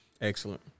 Excellent